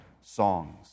songs